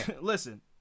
listen